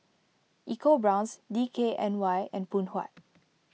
EcoBrown's D K N Y and Phoon Huat